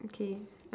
okay